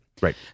right